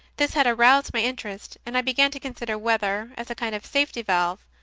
this had aroused my interest, and i began to consider whether, as a kind of safety-valve,